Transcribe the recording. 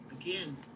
Again